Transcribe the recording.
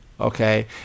okay